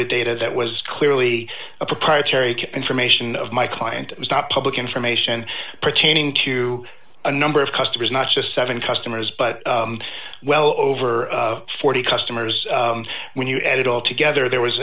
audit data that was clearly a proprietary information of my client it was not public information pertaining to a number of customers not just seven customers but well over forty customers when you add it all together there was